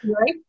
Right